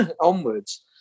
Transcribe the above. onwards